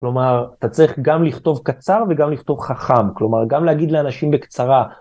כלומר, אתה צריך גם לכתוב קצר וגם לכתוב חכם, כלומר, גם להגיד לאנשים בקצרה...